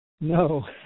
No